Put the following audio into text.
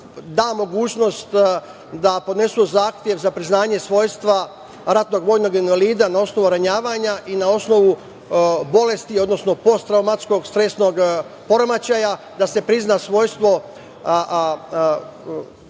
da mogućnost da podnesu zahtev za priznanje svojstva ratnog vojnog invalida na osnovu ranjavanja i na osnovu bolesti, odnosno posttraumatskog stresnog poremećaja, da se prizna svojstvo